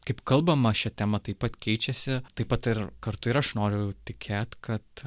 kaip kalbama šia tema taip pat keičiasi taip pat ir kartu ir aš noriu tikėt kad